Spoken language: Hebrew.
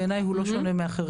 בעיני הוא לא שונה מאחרים.